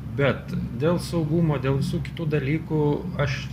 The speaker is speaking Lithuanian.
bet dėl saugumo dėl visų kitų dalykų aš